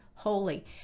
holy